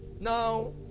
Now